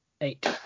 eight